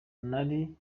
nari